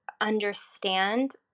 understand